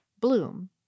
bloom